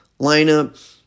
lineup